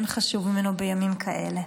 אין חשוב ממנו בימים כאלה.